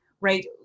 right